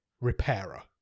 repairer